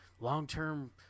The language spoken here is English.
long-term